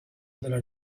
della